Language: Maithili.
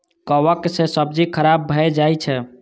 कवक सं सब्जी खराब भए जाइ छै